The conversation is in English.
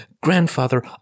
grandfather